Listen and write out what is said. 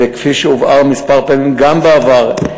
וכפי שהובהר כמה פעמים גם בעבר,